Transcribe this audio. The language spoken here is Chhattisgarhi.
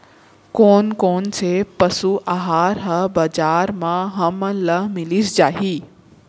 कोन कोन से पसु आहार ह बजार म हमन ल मिलिस जाही?